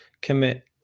commit